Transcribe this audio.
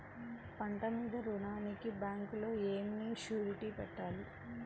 పంట మీద రుణానికి బ్యాంకులో ఏమి షూరిటీ పెట్టాలి?